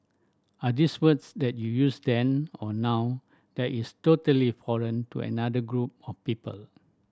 are these words that you use then or now that is totally foreign to another group of people